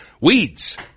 Weeds